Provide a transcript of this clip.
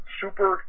super